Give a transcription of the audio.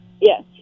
Yes